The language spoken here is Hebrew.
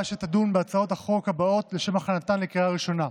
שתדון בהצעות החוק הבאות לשם הכנתן לקריאה ראשונה: